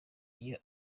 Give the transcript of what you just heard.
iyo